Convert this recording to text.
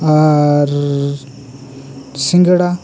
ᱟᱨ ᱥᱤᱝᱜᱟᱲᱟ